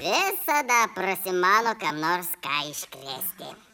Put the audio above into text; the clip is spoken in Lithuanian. visada prasimano kam nors ką iškrėsti